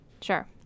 Sure